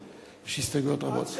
יש הסתייגויות רבות.